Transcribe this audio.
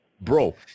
Bro